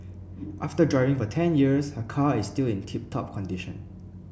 after driving for ten years her car is still in tip top condition